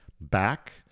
back